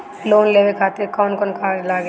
Loan लेवे खातिर कौन कौन कागज लागी?